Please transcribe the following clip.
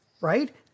right